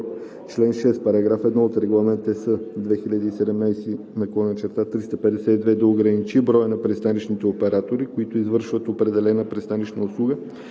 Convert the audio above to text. чл. 6, параграф 1 от Регламент (ЕС) 2017/352 – да ограничи броя на пристанищните оператори, които извършват определена пристанищна услуга